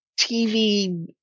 TV